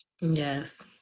Yes